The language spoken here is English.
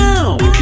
Now